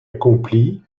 accompli